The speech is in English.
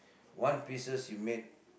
one pieces you make